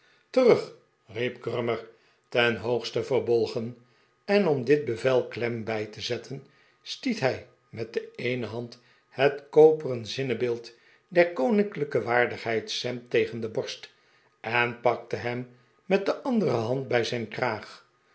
terug riep grummer ten hoogste verbolgen en om dit bevel klem bij te zetten stiet hij met de eene hand het koperen zinnebeeld der koninklijke waardigheid sam tegen de borst en pakte hem met de andere hand bij zijn kraag